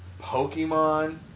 Pokemon